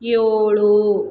ಏಳು